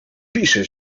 pisze